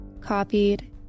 copied